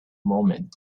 moments